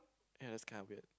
ya that's kind of weird